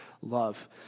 love